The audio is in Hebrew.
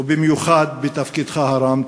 ובמיוחד בתפקידך הרם.